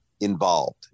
involved